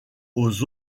aux